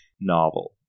novel